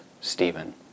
Stephen